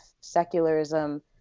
secularism